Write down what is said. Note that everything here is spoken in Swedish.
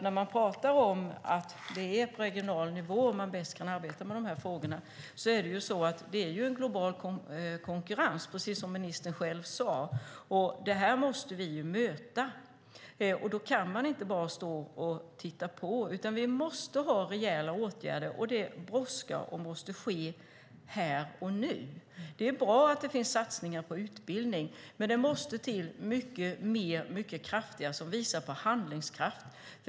När man pratar om att det är på regional nivå man bäst kan arbeta med de här frågorna är det ju, precis som ministern själv sade, en global konkurrens och den måste vi möta. Då kan man inte bara stå och titta på, utan vi måste ha rejäla åtgärder. Det brådskar och måste ske här och nu. Det är bra att det finns satsningar på utbildning, men det måste till mycket mer och kraftigare satsningar som visar på handlingskraft.